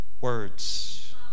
words